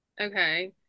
okay